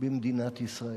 במדינת ישראל.